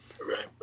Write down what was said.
right